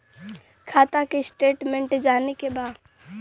खाता के स्टेटमेंट जाने के बा?